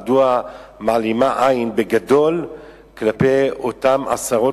מדוע היא מעלימה עין בגדול כלפי אותם עשרות